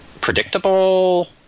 predictable